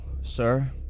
sir